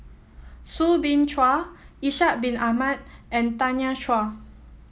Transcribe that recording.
Soo Bin Chua Ishak Bin Ahmad and Tanya Chua